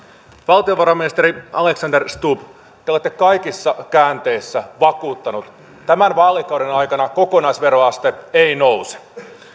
valtiovarainministeri alexander stubb te olette kaikissa käänteissä vakuuttanut tämän vaalikauden aikana kokonaisveroaste ei nouse